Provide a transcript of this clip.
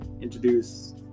introduce